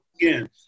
again